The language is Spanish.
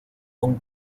con